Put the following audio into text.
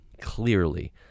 clearly